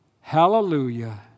Hallelujah